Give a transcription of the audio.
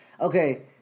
okay